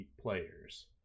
players